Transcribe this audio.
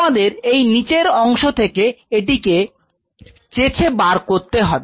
তোমাদের এই নিচের অংশ থেকে এটিকে চেছে বার করতে হবে